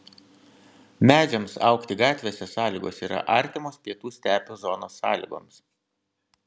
medžiams augti gatvėse sąlygos yra artimos pietų stepių zonos sąlygoms